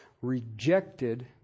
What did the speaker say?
rejected